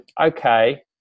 okay